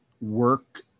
work